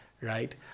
right